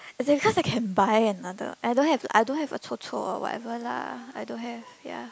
because I can buy another I don't have I don't have a 臭臭 or whatever lah I don't have ya